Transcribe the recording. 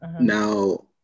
Now